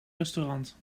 restaurant